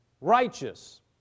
righteous